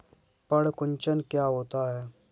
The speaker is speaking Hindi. पर्ण कुंचन क्या होता है?